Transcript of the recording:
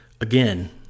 again